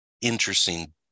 interesting